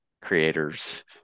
creators